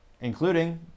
including